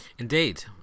Indeed